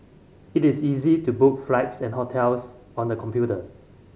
it is easy to book flights and hotels on the computer